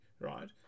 right